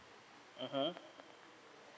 mmhmm